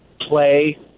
play